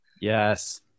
Yes